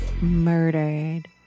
murdered